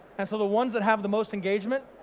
and so the ones that have the most engagement,